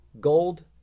Gold